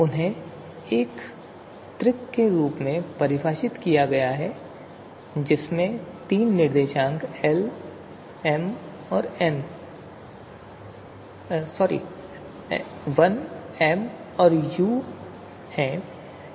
उन्हें एक त्रिक के रूप में परिभाषित किया गया है जिसमें तीन निर्देशांक l m और u हैं